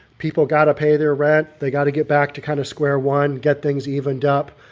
people got to pay their rent, they got to get back to kind of square one get things evened up.